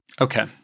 Okay